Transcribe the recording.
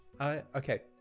Okay